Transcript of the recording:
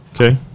Okay